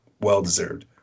well-deserved